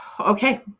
Okay